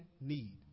need